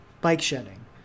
bike-shedding